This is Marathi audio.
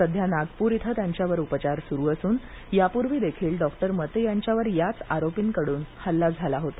सध्या नागपूर इथं त्यांच्यावर उपचार सुरू असून यापूर्वी देखील डॉक्टर मते यांच्यावर याच आरोपीकडून हल्ला झाला होता